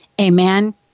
Amen